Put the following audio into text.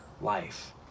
life